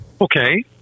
Okay